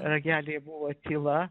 ragelyje buvo tyla